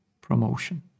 promotion